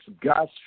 gas